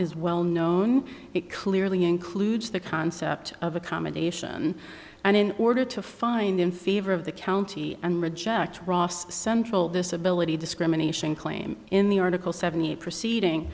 is well known it clearly includes the concept of accommodation and in order to find in favor of the county and reject central disability discrimination claim in the article seventy eight proceeding